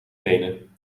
tenen